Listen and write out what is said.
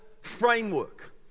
framework